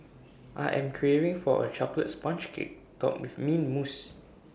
I am craving for A Chocolate Sponge Cake Topped with Mint Mousse